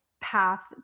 path